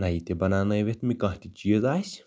نَیہِ تہِ بناونٲوِتھ مےٚ کانٛہہ تہِ چیٖز آسہِ